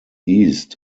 east